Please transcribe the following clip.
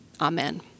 Amen